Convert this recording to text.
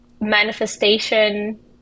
manifestation